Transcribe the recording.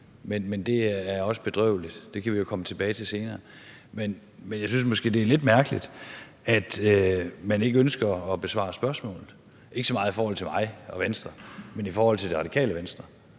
Men det er også bedrøveligt, og det kan vi jo komme tilbage til senere. Men jeg synes måske, det er lidt mærkeligt, at man ikke ønsker at besvare spørgsmålet – ikke så meget i forhold til mig og Venstre, men i forhold til Det Radikale Venstre,